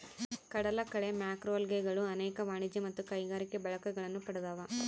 ಕಡಲಕಳೆ ಮ್ಯಾಕ್ರೋಲ್ಗೆಗಳು ಅನೇಕ ವಾಣಿಜ್ಯ ಮತ್ತು ಕೈಗಾರಿಕಾ ಬಳಕೆಗಳನ್ನು ಪಡ್ದವ